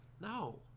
no